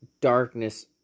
darkness